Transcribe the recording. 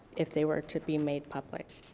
if they were to be made public.